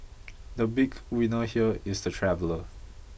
the big winner here is the traveller